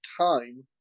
time